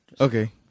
Okay